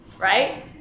right